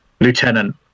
Lieutenant